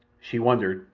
she wondered,